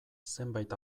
zenbait